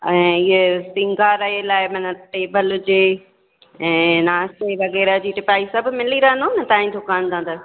ऐं इहो सिंगार लाइ माना टेबल हुजे ऐं नाश्ते वग़ैरह जी टिपाइ सभु मिली रहंदो न तव्हांजी दुकान था त